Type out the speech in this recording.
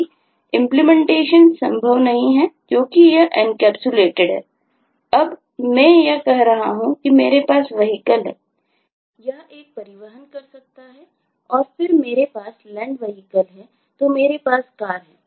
यह परिवहन कर सकता है और फिर मेरे पास land vehicle है तो मेरे पास car है